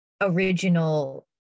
original